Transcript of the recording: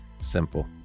Simple